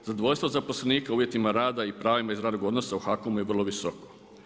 Zadovoljstvo zaposlenika uvjetima rada i pravima iz radnog odnosa u HAKOM-u je vrlo visoko.